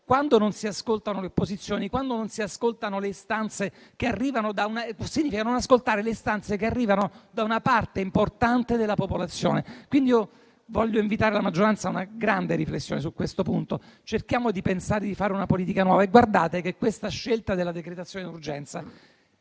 Quando non si ascoltano le opposizioni, significa non ascoltare le istanze che arrivano da una parte importante della popolazione. Desidero quindi invitare la maggioranza a una grande riflessione su questo punto: cerchiamo di pensare di fare una politica nuova. Peraltro, la scelta della decretazione d'urgenza